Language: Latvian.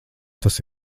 tas